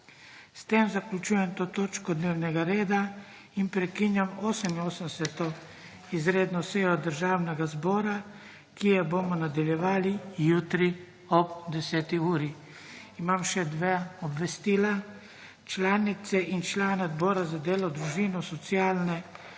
S tem zaključujem to točko dnevnega reda in prekinjam 88. izredno sejo Državnega zbora, ki jo bomo nadaljevali jutri, ob 10. uri. Imam še dve obvestili. Članice in člane Odbora za delo, družino, socialne